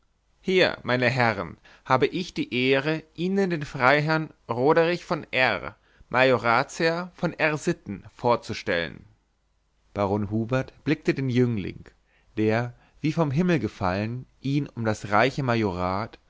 hier meine herren habe ich die ehre ihnen den freiherrn roderich von r majoratsherrn von r sitten vorzustellen baron hubert blickte den jüngling der wie vom himmel gefallen ihn um das reiche majorat